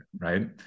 right